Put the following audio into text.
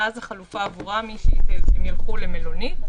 ואז החלופה עבורם היא שהם ילכו למלונית.